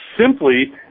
simply